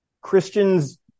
Christians